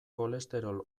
kolesterol